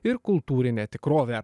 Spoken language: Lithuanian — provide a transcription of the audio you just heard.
ir kultūrinę tikrovę